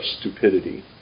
stupidity